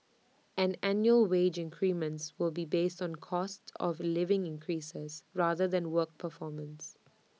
and annual wage increments will be based on cost of living increases rather than work performance